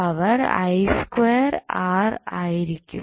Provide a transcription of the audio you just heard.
power ആയിരിക്കും